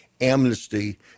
amnesty